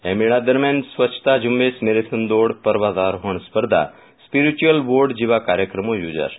આ મેળા દરમિયાન સ્વચ્છતા ઝુંબેશ મેરેથોન દોડ પર્વતારોહણ સ્પર્ધા સ્પિરિચ્યુઅલ વોડ જેવા કાર્યક્રમો યોજાશે